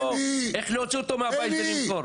לא איך להוציא אותו מהבית ולמכור.